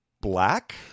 black